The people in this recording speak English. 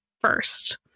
first